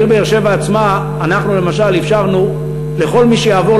בעיר באר-שבע עצמה אנחנו למשל אפשרנו לכל מי שיעבור